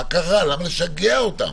למה לשגע אותם?